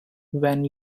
when